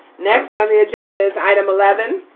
next on the agenda is item eleven,